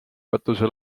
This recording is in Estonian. katuse